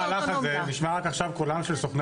בכל המהלך הזה נשמע רק עכשיו קולם של סוכני